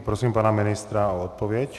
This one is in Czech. Prosím pana ministra o odpověď.